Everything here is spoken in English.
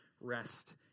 rest